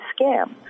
scam